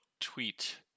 tweet